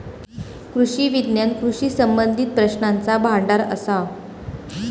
कृषी विज्ञान कृषी संबंधीत प्रश्नांचा भांडार असा